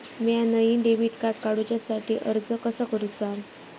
म्या नईन debit card काडुच्या साठी अर्ज कसा करूचा?